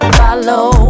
follow